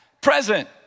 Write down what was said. present